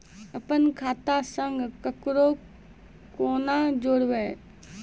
अपन खाता संग ककरो कूना जोडवै?